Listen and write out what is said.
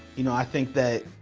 you know i think that,